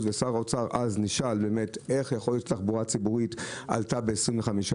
שר האוצר דאז נשאל איך יכול להיות שהמחיר בתחבורה הציבורית עלה ב-25%.